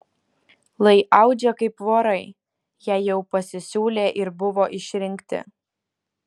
lai audžia kaip vorai jei jau pasisiūlė ir buvo išrinkti